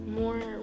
more